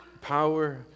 power